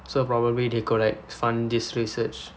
so probably they got like fund this research